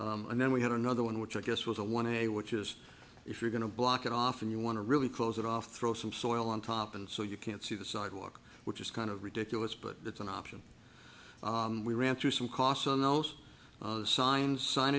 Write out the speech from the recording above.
winter and then we had another one which i guess was a one a which is if you're going to block it off and you want to really close it off throw some soil on top and so you can't see the sidewalk which is kind of ridiculous but that's an option we ran through some costs on those signs sign